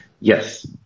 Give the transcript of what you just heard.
Yes